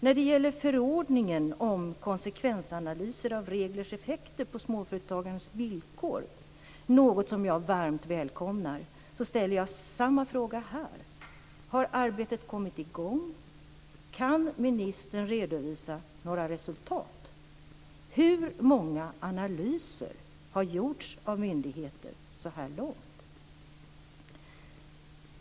När det gäller förordningen om konsekvensanalyser av reglers effekter på småföretagarens villkor - något som jag varmt välkomnar - ställer jag samma fråga här: Har arbetet kommit i gång? Kan ministern redovisa några resultat? Hur många analyser har gjorts av myndigheter så här långt?